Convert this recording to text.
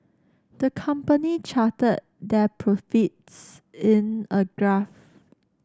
the company charted their profits in a graph